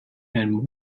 and